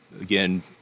Again